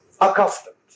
accustomed